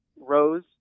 rose